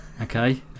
Okay